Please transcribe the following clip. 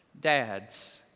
dads